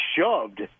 shoved